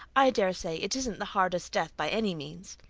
i daresay it isn't the hardest death by any means.